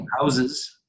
houses